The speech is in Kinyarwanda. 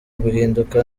guhinduka